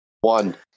one